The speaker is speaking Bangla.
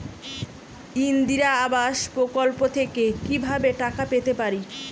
ইন্দিরা আবাস প্রকল্প থেকে কি ভাবে টাকা পেতে পারি?